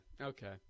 okay